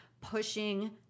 pushing